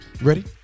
Ready